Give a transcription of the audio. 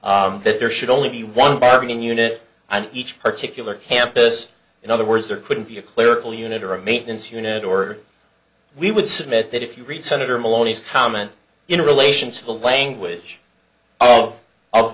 was that there should only be one bargaining unit on each particular campus in other words there could be a clerical unit or a maintenance unit or we would submit that if you read senator maloney's comment in relation to the language oh of